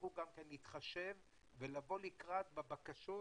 תצטרכו גם להתחשב ולבוא לקראת בבקשות